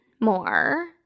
more